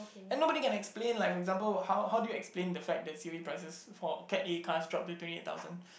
and nobody can explain like for example how how do you explain the fact that the series prices for cat A car drop to twenty thousand